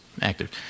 active